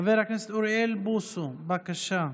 חבר הכנסת אוריאל בוסו, בבקשה.